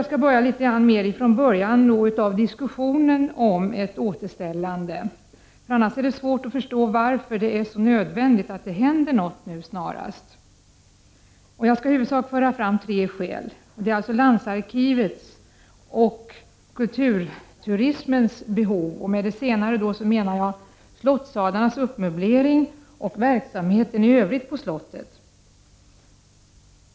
Låt mig börja från början av diskussionen om ett återställande, eftersom det annars kan vara svårt att förstå varför det är så nödvändigt att det händer något snarast. Jag skall föra fram i huvudsak tre skäl till varför något bör hända nu. Det handlar alltså om landsarkivets och kulturturismens behov. Med det senare menar jag slottssalarnas möblering och verksamheten i övrigt på slottet.